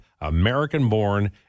American-Born